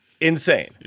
insane